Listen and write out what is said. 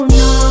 no